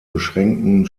beschränkten